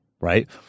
right